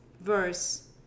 verse